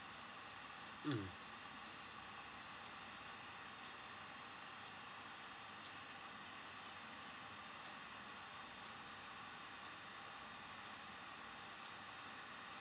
mmhmm